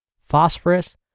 phosphorus